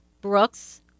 Brooks